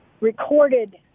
recorded